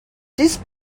this